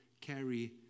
carry